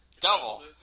double